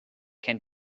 can